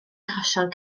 achosion